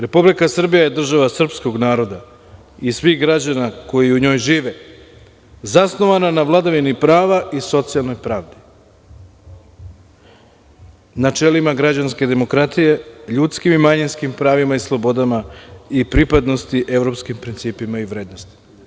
Republika Srbija je država srpskog naroda i svih građana koji u njoj žive, zasnovana na vladavini prava i socijalnoj pravdi, načelima građanske demokratije, ljudskim i manjinskim pravima i slobodama i pripadnosti evropskim principima i vrednostima“